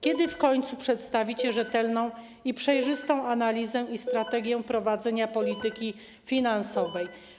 Kiedy w końcu przedstawicie rzetelną i przejrzystą analizę i strategię prowadzenia polityki finansowej?